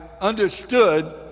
understood